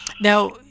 Now